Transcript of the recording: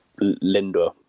Linda